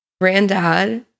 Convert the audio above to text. granddad